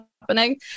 happening